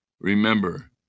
remember